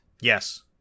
Yes